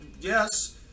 yes